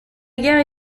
guerre